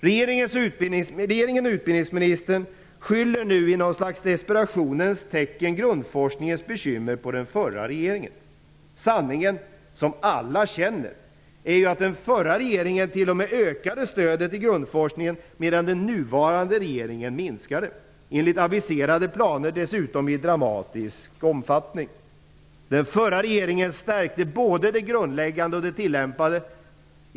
Regeringen och utbildningsministern skyller nu i något slags desperationens tecken grundforskningens bekymmer på den förra regeringen. Sanningen som alla känner är ju att den förra regeringen t.o.m. ökade stödet till grundforskningen medan den nuvarande regeringen minskar den, enligt aviserade planer dessutom i dramatisk omfattning. Den förra regeringens förstärkte både den grundläggande och den tillämpande forskningen.